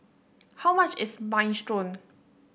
how much is Minestrone